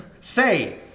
say